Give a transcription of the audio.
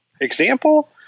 example